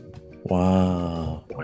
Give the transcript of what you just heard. Wow